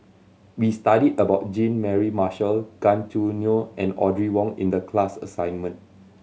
we studied about Jean Mary Marshall Gan Choo Neo and Audrey Wong in the class assignment